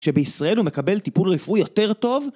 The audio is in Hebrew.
שבישראל הוא מקבל טיפול רפואי יותר טוב?